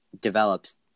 develops